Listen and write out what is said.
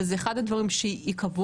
וזה אחד הדברים שייקבעו,